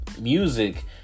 music